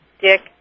Dick